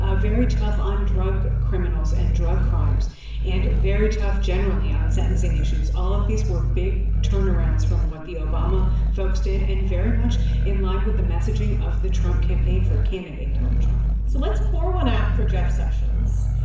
ah very tough on drug criminals and drug crimes and very tough, generally, on sentencing issues. all of these were big turnarounds from what the obama folks did and very much in line with the messaging of the trump campaign for candidate donald trump so let's pour one out for jeff sessions.